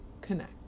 connect